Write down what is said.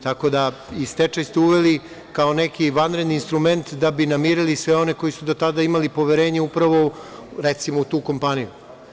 Tako da i stečaj ste uveli kao neki vanredni instrument da bi namirili sve one koji su do tada imali poverenje upravo u, recimo, tu kompaniju.